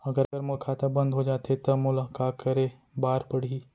अगर मोर खाता बन्द हो जाथे त मोला का करे बार पड़हि?